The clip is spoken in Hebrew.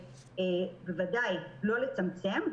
בוודאי לא לצמצמם,